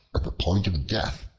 at the point of death,